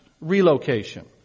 relocation